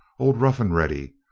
old rough and ready,